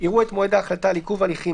יראו את מועד ההחלטה על עיכוב הליכים,